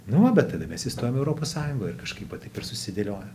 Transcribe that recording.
nu va bet tada mes įstojom į europos sąjungą ir kažkaip va taip susidėliojo